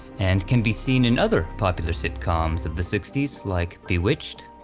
and can be seen in other popular sitcoms of the sixty s like bewitched,